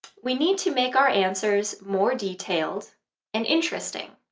we need to make our answers more detailed and interesting.